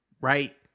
right